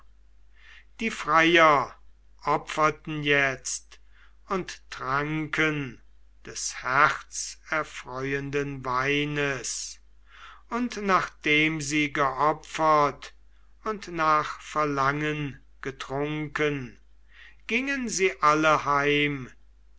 die freier opferten jetzt und tranken des herzerfreuenden weines und nachdem sie geopfert und nach verlangen getrunken gingen sie alle